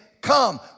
come